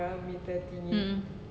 mm